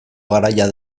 garaia